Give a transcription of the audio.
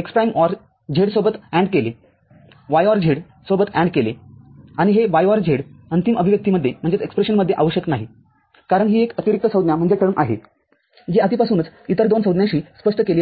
x prime OR z सोबत AND केले y OR z सोबत AND केले आणि हे y OR z अंतिम अभिव्यक्तीमध्ये आवश्यक नाही कारण ही एक अतिरिक्त संज्ञा आहे जी आधीपासूनच इतर दोन संज्ञानी स्पष्ट केली आहे